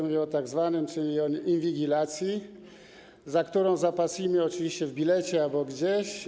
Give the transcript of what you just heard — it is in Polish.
Mówię o tak zwanym, czyli o inwigilacji, za którą zapłacimy oczywiście w cenie biletu albo gdzieś.